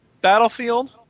Battlefield